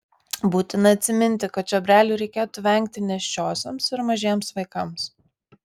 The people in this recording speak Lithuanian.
būtina atsiminti kad čiobrelių reikėtų vengti nėščiosioms ir mažiems vaikams